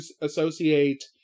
associate